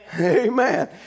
Amen